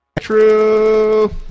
True